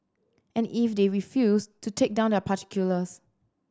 and if they refuse to take down their particulars